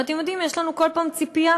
אבל אתם יודעים, יש לנו כל פעם ציפייה.